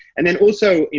and then also,